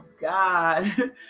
God